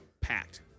packed